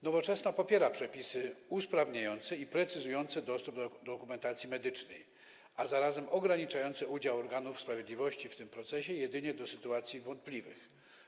Nowoczesna popiera przepisy usprawniające i precyzujące dostęp do dokumentacji medycznej, a zarazem ograniczające udział organów sprawiedliwości w tym procesie jedynie do sytuacji wątpliwych.